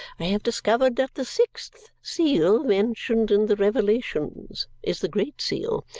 i have discovered that the sixth seal mentioned in the revelations is the great seal.